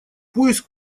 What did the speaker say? поиск